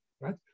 right